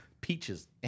peaches